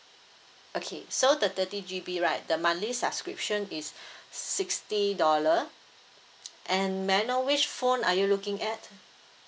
okay so the thirty G_B right the monthly subscription is sixty dollar and may I know which phone are you looking at